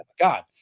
God